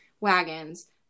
wagons